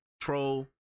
troll